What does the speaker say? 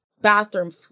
bathroom